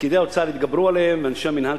פקידי האוצר התגברו עליהם ואנשי המינהל